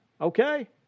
okay